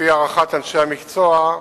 לפי הערכת אנשי המקצוע,